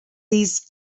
these